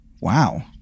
Wow